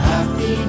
Happy